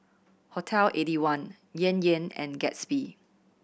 Hotel Eighty one Yan Yan and Gatsby